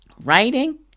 Writing